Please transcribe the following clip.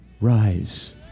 rise